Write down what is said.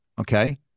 Okay